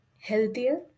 healthier